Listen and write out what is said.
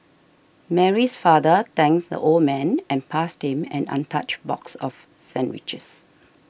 Mary's father thanked the old man and passed him an untouched box of sandwiches